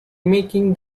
making